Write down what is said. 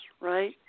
Right